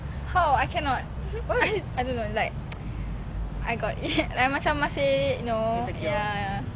how I cannot I don't know like I got like macam masih you know ya